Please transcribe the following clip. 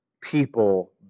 people